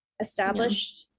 established